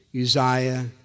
Uzziah